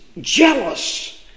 jealous